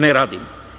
Ne radimo.